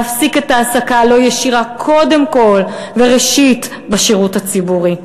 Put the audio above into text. להפסיק את ההעסקה הלא-ישירה קודם כול וראשית בשירות הציבורי,